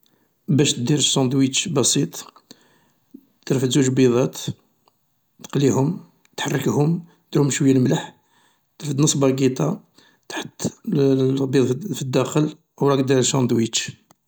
باش تدير صاندويتش بسيط، ترفد زوج بيضات، تقليهم، تحركهم تديرلهم شويا الملح، ترفد نص لاقيطة تحط البيض في الداخل و راك داير ساندويتش.